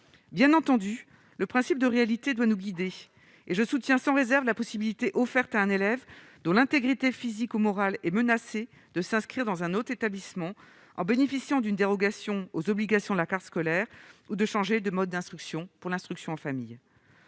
bien entendu, le principe de réalité doit nous guider et je soutiens sans réserve la possibilité offerte à un élève dont l'intégrité physique ou morale et menacé de s'inscrire dans un autre établissement en bénéficiant d'une dérogation aux obligations de la carte scolaire ou de changer de mode d'instruction pour l'instruction, en famille,